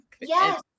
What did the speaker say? Yes